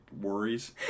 worries